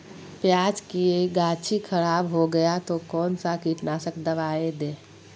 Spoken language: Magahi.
प्याज की गाछी खराब हो गया तो कौन सा कीटनाशक दवाएं दे?